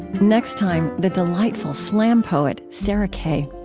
next time, the delightful slam poet sarah kay.